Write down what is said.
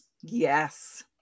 Yes